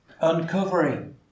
Uncovering